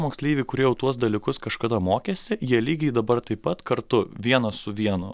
moksleiviai kurie jau tuos dalykus kažkada mokėsi jie lygiai dabar taip pat kartu vienas su vienu